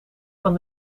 van